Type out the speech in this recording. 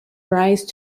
rise